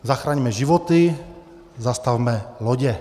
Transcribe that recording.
Zachraňme životy, zastavme lodě.